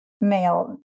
male